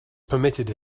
permitted